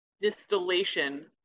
distillation